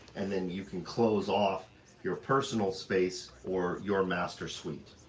and then you can close off your personal space, or your master suite.